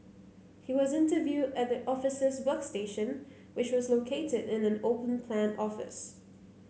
he was interviewed at the officers workstation which was located in an open plan office